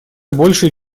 большей